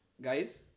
Guys